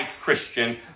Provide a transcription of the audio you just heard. Christian